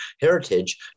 heritage